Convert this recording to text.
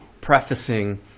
prefacing